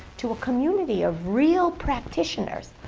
to a community of real practitioners.